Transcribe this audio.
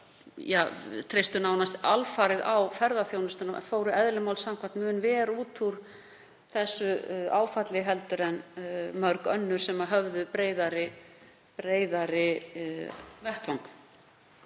sem treystu nánast alfarið á ferðaþjónustuna fóru eðli máls samkvæmt mun verr út úr þessu áfalli en mörg önnur sem höfðu breiðari vettvang.